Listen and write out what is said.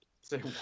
Say